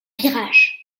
virages